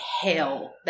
hell